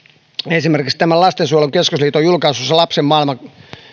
esimerkiksi lastensuojelun keskusliiton julkaisemassa lapsen maailma